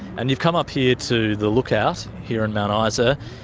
and you've come up here to the lookout here in mount ah isa,